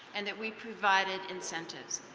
and that we provided incentives.